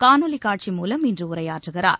காணொலி காட்சி மூலம் இன்று உரையாற்றுகிறார்